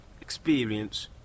experience